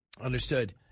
Understood